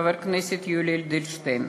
חבר הכנסת יולי אדלשטיין,